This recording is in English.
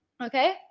Okay